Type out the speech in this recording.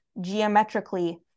geometrically